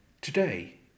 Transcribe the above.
Today